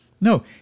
No